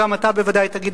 גם אתה בוודאי תדבר,